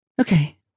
Okay